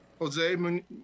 Jose